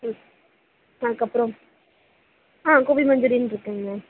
ம் அதுக்கப்புறம் ஆ கோபி மஞ்சூரியன் இருக்குதுங்க மேம்